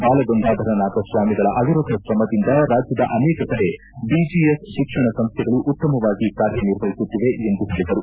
ಬಾಲಗಂಗಾಧರನಾಥ ಸ್ವಾಮಿಗಳ ಅವಿರತ ಶ್ರಮದಿಂದ ರಾಜ್ಯದ ಅನೇಕ ಕಡೆ ಬಿಜಿಎಸ್ ಶಿಕ್ಷಣ ಸಂಸ್ಥೆಗಳು ಉತ್ತಮವಾಗಿ ಕಾರ್ಯನಿರ್ವಹಿಸುತ್ತಿವೆ ಎಂದು ಹೇಳಿದರು